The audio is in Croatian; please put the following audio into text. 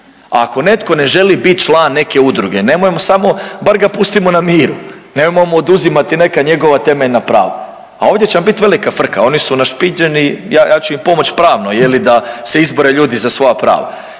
ako netko ne želi biti član neke udruge, nemojmo samo, bar ga pustimo na miru, nemojmo mu oduzimati neka njegova temeljna prava. A ovdje će vam biti velika frka, oni su našpičeni, ja ću im pomoći pravno je li da se izbore ljudi za svoja prava.